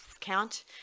count